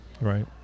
right